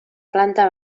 planta